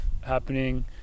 happening